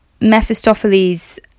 Mephistopheles